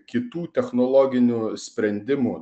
kitų technologinių sprendimų